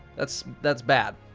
that's that's bad.